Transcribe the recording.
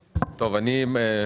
לדיון.